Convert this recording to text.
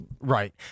Right